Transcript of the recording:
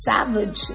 Savage